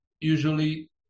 usually